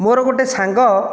ମୋର ଗୋଟିଏ ସାଙ୍ଗ